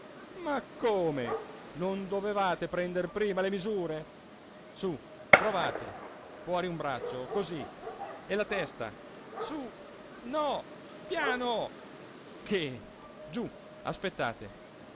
ma come non dovevate prender prima le misure su provate fuori un braccio così e la testa su no piano che giù aspettate